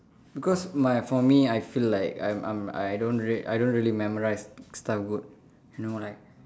cause my for me I feel like I'm I'm I don't re~ I don't really memorise stuff good you know like